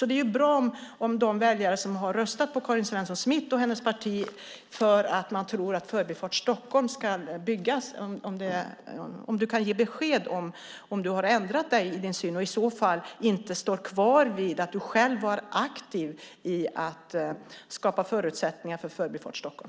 Det är bra om de väljare som har röstat på Karin Svensson Smith och hennes parti för att man tror att Förbifart Stockholm ska byggas kan få besked av dig om huruvida du har ändrat dig i din syn och i så fall inte står för att du själv var aktiv i att skapa förutsättningar för Förbifart Stockholm.